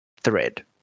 thread